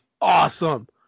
awesome